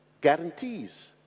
guarantees